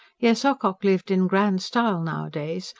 yes, ocock lived in grand style nowadays,